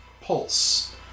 pulse